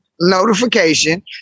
notification